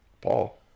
Paul